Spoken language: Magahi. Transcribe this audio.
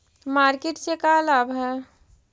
मार्किट से का लाभ है?